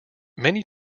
many